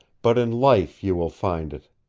but in life you will find it.